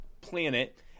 planet